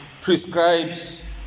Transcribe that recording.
prescribes